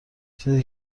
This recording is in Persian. چیزی